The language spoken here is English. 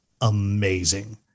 amazing